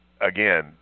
again